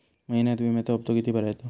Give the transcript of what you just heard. महिन्यात विम्याचो हप्तो किती भरायचो?